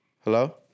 Hello